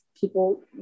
people